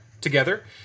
together